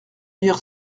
hier